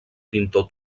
pintor